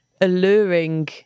alluring